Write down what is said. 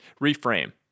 Reframe